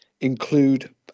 include